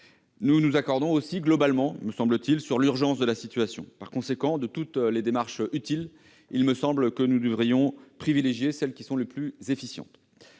Nous nous accordons aussi globalement sur l'urgence de la situation. Par conséquent, de toutes les démarches utiles, il me semble que nous devrions privilégier les plus efficientes.